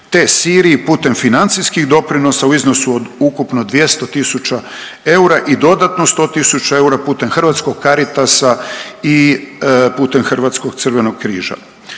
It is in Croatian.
te Siriji putem financijskih doprinosa u iznosu od ukupno 200 tisuća eura i dodatno 100 tisuća eura putem Hrvatskog Caritas i putem Hrvatskog Crvenog križa.